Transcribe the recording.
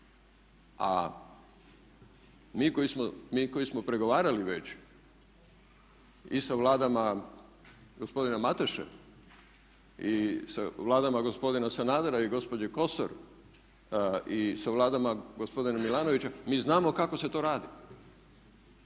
A mi koji smo pregovarali već i sa vladama gospodina Mateše, i sa vladama gospodina Sanadera i gospođe Kosor i sa vladama gospodina Milanovića mi znamo kako se to radi,